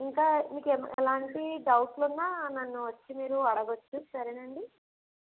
ఇంకా మీకు ఎలాంటి డౌట్లు ఉన్నా నన్ను వచ్చి మీరు అడగచ్చు సరేనాండి